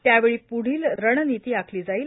त्यावेळी पुढील रणनिती आखली जाईल